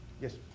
Yes